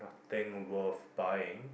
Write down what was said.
thing worth buying